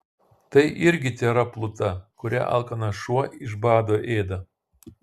tai irgi tėra pluta kurią alkanas šuo iš bado ėda